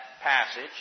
passage